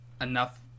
enough